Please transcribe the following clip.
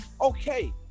okay